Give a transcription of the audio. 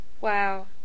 Wow